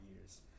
years